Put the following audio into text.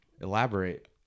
Elaborate